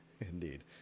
indeed